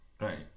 Right